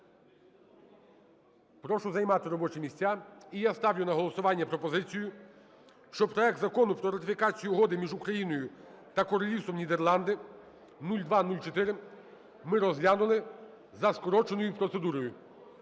Прошу займати робочі місця. І я ставлю на голосування пропозицію, щоб проект Закону про ратифікацію Угоди між Україною та Королівством Нідерланди (0204) ми розглянули за скороченою процедурою.